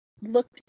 looked